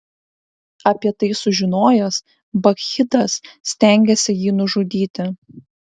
apie tai sužinojęs bakchidas stengėsi jį nužudyti